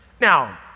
Now